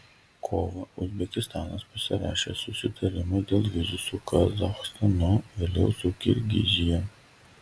kovą uzbekistanas pasirašė susitarimą dėl vizų su kazachstanu vėliau su kirgizija